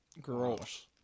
Gross